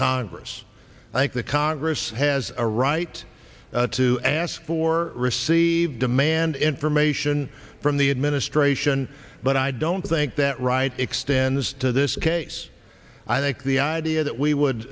congress i think the congress has a right to ask for receive demand information from the administration but i don't think that right extends to this case i think the idea that we would